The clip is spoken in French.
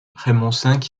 raymond